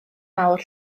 mawr